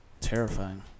terrifying